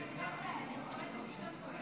אני קובע שההצעה לא התקבלה,